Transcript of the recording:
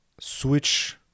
switch